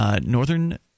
Northern